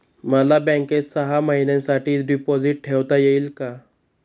मला बँकेत सहा महिन्यांसाठी डिपॉझिट ठेवता येईल का?